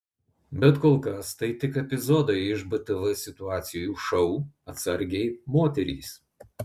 bet kol kas tai tik epizodai iš btv situacijų šou atsargiai moterys